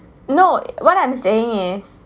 no what I'm saying is